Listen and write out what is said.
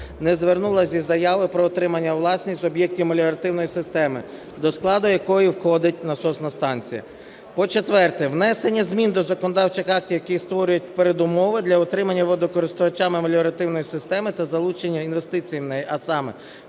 не звернулася із заявою про отримання у власність об'єктів меліоративної системи, до складу якої входить насосна станція. По-четверте, внесення змін до законодавчих актів, які створюють передумови для отримання водокористувачами меліоративної системи та залучення інвестицій в неї, а саме: